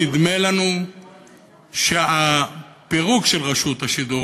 נדמה לנו שהפירוק של רשות השידור,